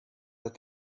that